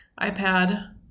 iPad